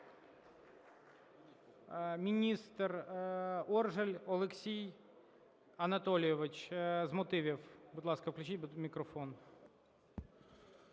Міністр Оржель Олексій Анатолійович - з мотивів. Будь ласка, включіть мікрофон.